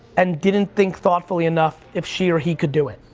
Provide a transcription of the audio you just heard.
and didn't think thoughtfully enough if she or he could do it.